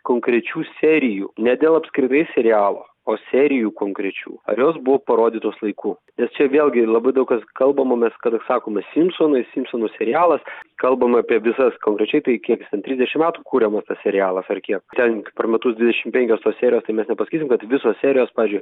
konkrečių serijų ne dėl apskritai serialo o serijų konkrečių ar jos buvo parodytos laiku nes čia vėlgi labai daug kas kalbama mes kada sakome simsonai simsonų serialas kalbama apie visas konkrečiai tai kiek jis trisdešim metų kuriamas tas serialas ar kiek ten per metus dvidešim penkios tos serijos tai mes nepasakysim kad visos serijos pavyzdžiui